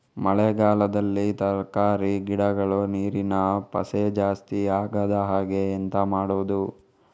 ಮಳೆಗಾಲದಲ್ಲಿ ತರಕಾರಿ ಗಿಡಗಳು ನೀರಿನ ಪಸೆ ಜಾಸ್ತಿ ಆಗದಹಾಗೆ ಎಂತ ಮಾಡುದು?